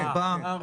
ארבעה.